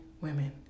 Women